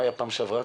מה היה בפעם שעברה?